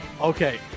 Okay